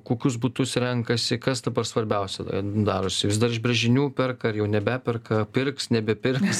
kokius butus renkasi kas dabar svarbiausia darosi vis dar iš brėžinių perka ar jau nebeperka pirks nebepirks